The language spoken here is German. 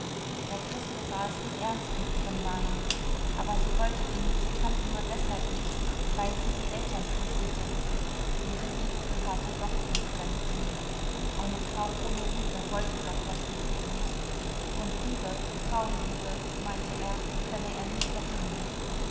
der christel war es wohl ernst mit ihrem nein aber sie wollte den musikanten nur deshalb nicht weil sie die eltern fürchtete ihre liebe gehörte doch dem fremden eine frau ohne liebe wollte dr friedlieb nicht und liebe frauenliebe meinte er könne er nie verdienen